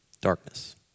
Darkness